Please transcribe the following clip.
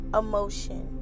emotion